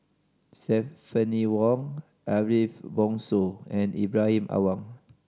Stephanie Wong Ariff Bongso and Ibrahim Awang